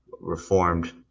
reformed